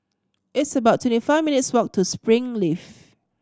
it's about twenty five minutes' walk to Springleaf